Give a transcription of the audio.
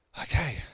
okay